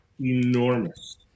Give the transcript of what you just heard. enormous